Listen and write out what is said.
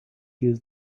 used